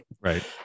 right